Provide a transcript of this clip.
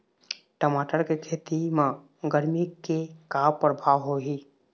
टमाटर के खेती म गरमी के का परभाव होही?